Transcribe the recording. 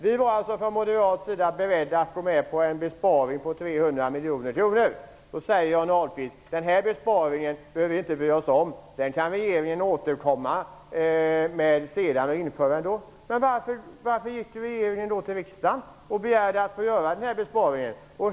Vi var på moderat sida beredda att gå med på en besparing om 300 miljoner kronor. Johnny Ahlqvist säger att vi inte behöver bry oss om denna besparing. Regeringen kan återkomma senare med en sådan besparing. Varför vände sig regeringen då till riksdagen och begärde att få göra denna besparing?